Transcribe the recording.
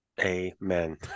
Amen